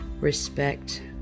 respect